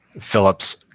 Phillips